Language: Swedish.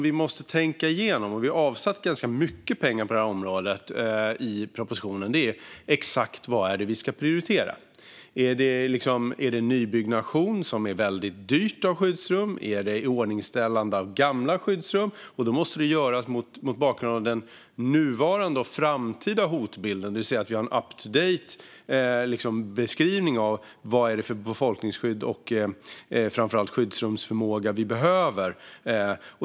Vi har avsatt ganska mycket pengar i propositionen för området. Nu måste vi tänka igenom exakt vad vi ska prioritera. Är det nybyggnation av skyddsrum, som är väldigt dyrt? Är det iordningsställande av gamla skyddsrum? I så fall måste det göras mot bakgrund av den nuvarande och framtida hotbilden. Vi måste alltså ha en uppdaterad beskrivning av vilket befolkningsskydd och framför allt vilken skyddsrumsförmåga vi behöver.